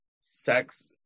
sex